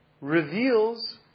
Reveals